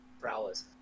prowess